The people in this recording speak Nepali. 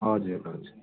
हजुर हजुर